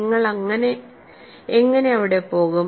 നിങ്ങൾ എങ്ങനെ അവിടെ പോകും